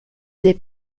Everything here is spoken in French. des